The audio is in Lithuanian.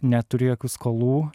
neturiu jokių skolų